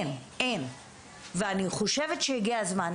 ואני חושבת שהגיע הזמן,